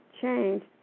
change